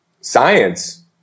science